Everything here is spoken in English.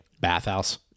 bathhouse